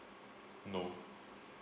no